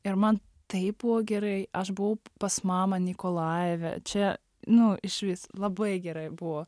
ir man taip buvo gerai aš buvau pas mamą nikolajeve čia nu išvis labai gerai buvo